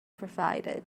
provided